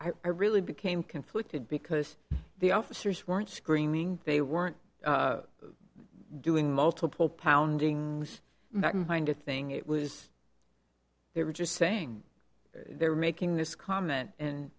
really became conflicted because the officers weren't screaming they weren't doing multiple pounding makan kind of thing it was they were just saying they're making this comment and